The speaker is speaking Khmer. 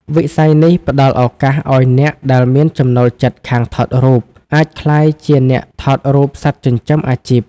វិស័យនេះផ្ដល់ឱកាសឱ្យអ្នកដែលមានចំណូលចិត្តខាងថតរូប អាចក្លាយជាអ្នកថតរូបសត្វចិញ្ចឹម អាជីព។